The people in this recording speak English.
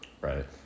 Right